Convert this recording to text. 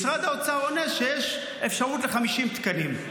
משרד האוצר עונה שיש אפשרות ל-50 תקנים.